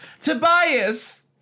Tobias